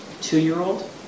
Two-year-old